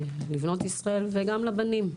לבנות ישראל וגם לבנים.